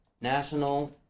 national